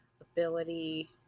ability